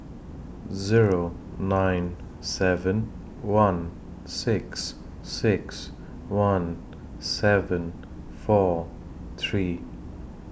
Zero nine seven one six six one seven four three